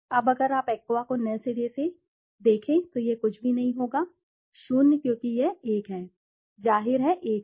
अब अगर आप एक्वा को नए सिरे से एक्वा को देखें तो यह कुछ भी नहीं होगा 0 क्योंकि यह एक है जाहिर है एक है